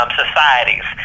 societies